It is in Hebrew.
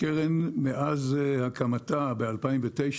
הקרן מאז הקמתה ב-2009,